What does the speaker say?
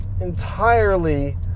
entirely